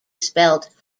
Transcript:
spelt